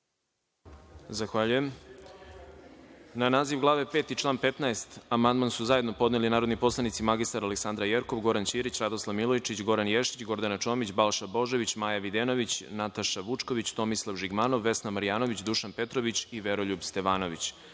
Milićević** Na naziv glave 5. i član 15. amandman su zajedno podneli narodni poslanici mr Aleksandra Jerkov, Goran Ćirić, Radoslav Milojičić, Goran Ješić, Gordana Čomić, Balša Božović, Maja Videnović, Nataša Vučković, Tomislav Žigmanov, Vesna Marjanović, Dušan Petrović i Veroljub Stevanović. Reč